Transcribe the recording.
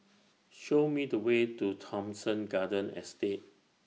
Show Me The Way to Thomson Garden Estate